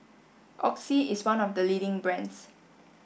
Oxy is one of the leading brands